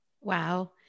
Wow